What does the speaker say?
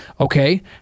okay